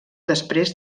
després